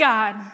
God